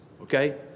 okay